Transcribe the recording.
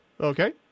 Okay